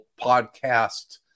podcast